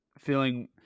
Feeling